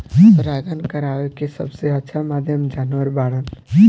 परागण करावेके सबसे अच्छा माध्यम जानवर बाड़न